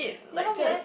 ya man